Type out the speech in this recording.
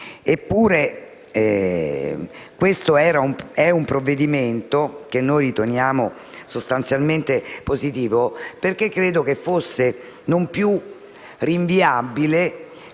Eppure, questo è un provvedimento che riteniamo sostanzialmente positivo, perché credo non fosse più rinviabile